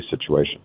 situation